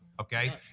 okay